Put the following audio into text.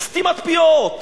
סתימת פיות,